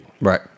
Right